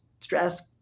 stress